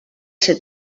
ser